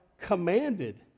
Commanded